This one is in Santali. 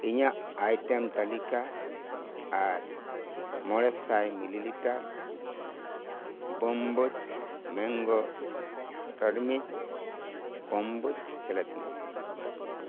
ᱤᱧᱟᱜ ᱟᱭᱴᱮᱢ ᱛᱟᱞᱤᱠᱟ ᱟᱨ ᱢᱚᱬᱮ ᱥᱟᱭ ᱢᱤᱞᱤ ᱞᱤᱴᱟᱨ ᱵᱳᱢᱵᱳᱡᱽ ᱢᱮᱝᱜᱳ ᱴᱟᱨᱢᱤᱡᱽ ᱠᱳᱢᱵᱳᱡᱽ ᱥᱮᱞᱮᱫᱽ ᱢᱮ